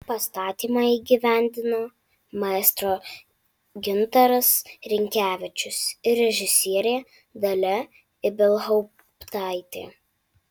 pastatymą įgyvendino maestro gintaras rinkevičius ir režisierė dalia ibelhauptaitė